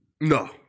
No